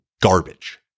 garbage